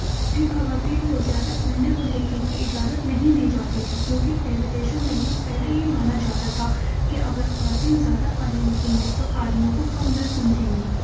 پھر خواتین کو زیادہ پڑھنے اور لکھنے کی اجازت نہیں دی جاتی تھی کیونکہ پہلے دیشوں میں ہی پہلے یہ مانا جاتا تھا کہ اگر خواتین زیادہ پڑھیں لکھیں گی تو آدمیوں کو کمتر سمجھیں گی